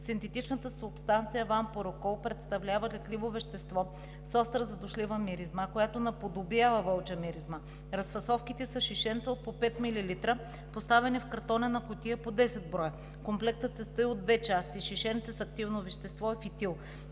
Синтетичната субстанция вам порокол представлява летливо вещество с остра задушлива миризма, която наподобява вълча миризма. Разфасовките са шишенца от по пет милилитра, поставени в картонена кутия по 10 броя. Комплектът се състои от две части – шишенце с активно вещество и фитил.